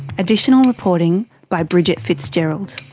additional reporting by bridget fitzgerald.